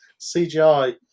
CGI